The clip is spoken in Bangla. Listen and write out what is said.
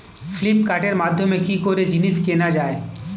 ফ্লিপকার্টের মাধ্যমে কি করে জিনিস কেনা যায়?